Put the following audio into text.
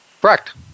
Correct